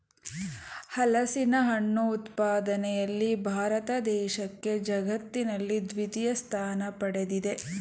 ಹಲಸಿನಹಣ್ಣು ಉತ್ಪಾದನೆಯಲ್ಲಿ ಭಾರತ ದೇಶಕ್ಕೆ ಜಗತ್ತಿನಲ್ಲಿ ದ್ವಿತೀಯ ಸ್ಥಾನ ಪಡ್ದಿದೆ